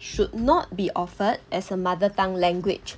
should not be offered as a mother tongue language